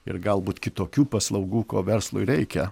ir galbūt kitokių paslaugų ko verslui reikia